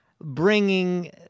bringing